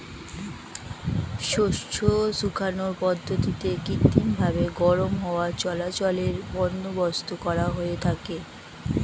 শস্য শুকানোর পদ্ধতিতে কৃত্রিমভাবে গরম হাওয়া চলাচলের বন্দোবস্ত করা হয়ে থাকে